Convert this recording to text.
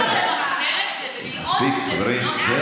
מספיק, חברים.